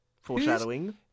Foreshadowing